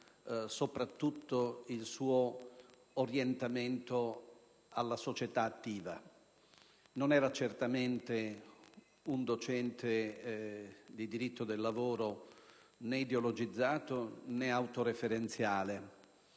soprattutto il suo orientamento alla società attiva. Non era certamente un docente di diritto del lavoro né ideologizzato né autoreferenziale,